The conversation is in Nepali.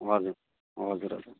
हजुर हजुर हजुर